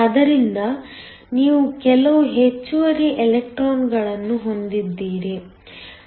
ಆದ್ದರಿಂದ ನೀವು ಕೆಲವು ಹೆಚ್ಚುವರಿ ಎಲೆಕ್ಟ್ರಾನ್ಗಳನ್ನು ಹೊಂದಿದ್ದೀರಿ